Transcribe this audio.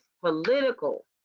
political